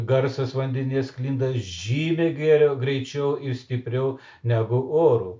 garsas vandenyje sklinda žymiai geriau greičiau ir stipriau negu oru